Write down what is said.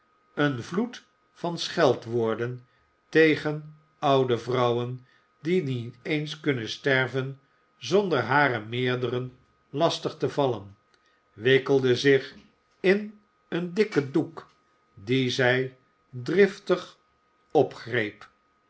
een vloed van scheldwoorden tegen oude vrouwen die niet eens kunnen sterven zonder hare meerderen lastig te vallen wikkelde zich in een dikken doek dien zij driftig